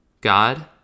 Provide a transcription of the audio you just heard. God